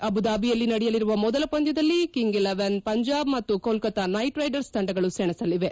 ಅಬುಧಾಬಿಯಲ್ಲಿ ನಡೆಯಲಿರುವ ಮೊದಲ ಪಂದ್ಯದಲ್ಲಿ ಕಿಂಗ್ ಇಲೆವೆನ್ ಪಂಜಾಬ್ ಮತ್ತು ಕೊಲ್ಕೊತಾ ನೈಟ್ ರೈಡರ್ಸ್ ತಂಡಗಳು ಸೆಣಸಲಿವೆ